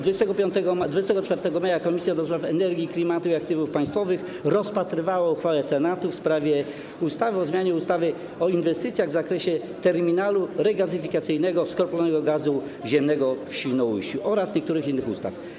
24 maja Komisja do Spraw Energii, Klimatu i Aktywów Państwowych rozpatrywała uchwałę Senatu w sprawie ustawy o zmianie ustawy o inwestycjach w zakresie terminalu regazyfikacyjnego skroplonego gazu ziemnego w Świnoujściu oraz niektórych innych ustaw.